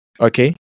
Okay